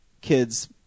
kids